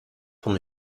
van